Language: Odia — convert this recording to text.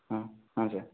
ହଁ ହଁ ସାର୍